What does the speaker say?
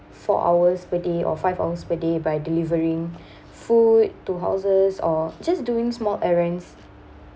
four hours per day or five hours per day by delivering food to houses or just doing small errands